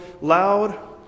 loud